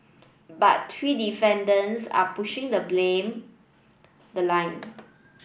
but three defendants are pushing the blame the line